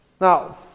Now